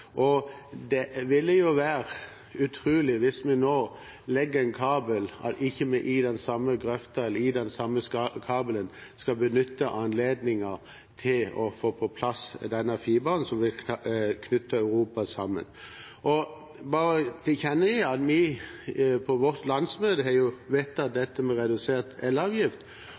og det ville jo være utrolig, hvis vi nå legger en kabel, at vi ikke i den samme grøfta eller i den samme kabelen skal benytte anledningen til å få på plass denne fiberen som vil knytte Europa sammen. Jeg vil bare tilkjennegi at vi på vårt landsmøte har vedtatt